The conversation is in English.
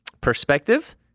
perspective